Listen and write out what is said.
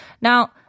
Now